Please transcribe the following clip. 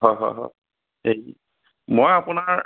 হয় হয় হয় এই মই আপোনাৰ